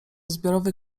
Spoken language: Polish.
zbiorowy